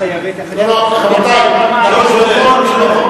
לא רק שהיתה חייבת אלא היתה צריכה עם כמה ערים.